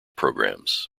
programs